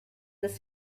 this